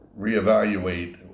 reevaluate